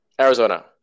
Arizona